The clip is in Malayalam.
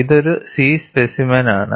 ഇതൊരു സി സ്പെസിമെൻ ആണ്